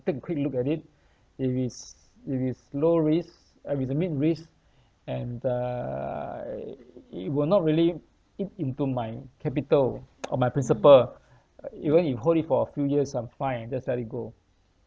take a quick look at it if it's if it's low risk uh it's a mid risk and uh it will not really eat into my capital or my principal uh even if hold it for a few years I'm fine I just let it go